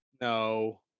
No